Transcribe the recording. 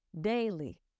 daily